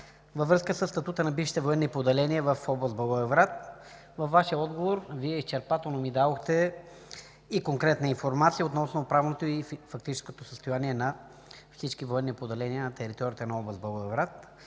във връзка със статута на бившите военни поделения в област Благоевград. В отговора си Вие изчерпателно ми дадохте и конкретна информация относно правното и фактическото състояние на всички военни поделения на територията на област Благоевград.